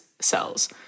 cells